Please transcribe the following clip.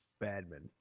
Badman